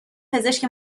پزشک